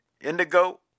indigo